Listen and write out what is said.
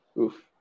Oof